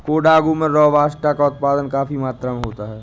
कोडागू में रोबस्टा का उत्पादन काफी मात्रा में होता है